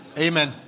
Amen